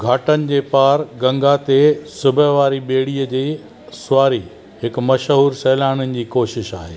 घाटनि जे पारि गंगा ते सुबुह वारी ॿेड़ीअ जी सुवारी हिकु मशहूरु सैलाननि जी कशिश आहे